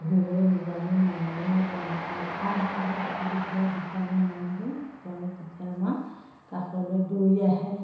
ধৰিবলৈ নিদিয়ে আমি মৰমে তেওঁলোকৰ আহ আহ বুলি ক'লে যেতিয়া আমি মৰম কৰিম তেওঁলোক তেতিয়া আমাৰ কাষলৈ দৌৰি আহে